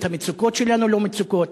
המצוקות שלנו לא מצוקות,